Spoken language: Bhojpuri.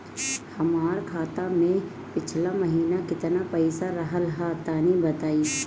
हमार खाता मे पिछला महीना केतना पईसा रहल ह तनि बताईं?